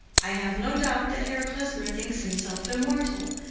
i have no doubt that herr klesmer thinks himself immortal.